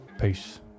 Peace